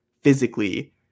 physically